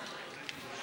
לגמרי.